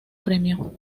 premio